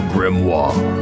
Grimoire